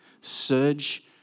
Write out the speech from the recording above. surge